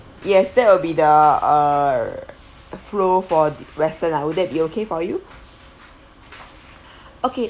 yes that will be the err the flow for the western ah will that be okay for you okay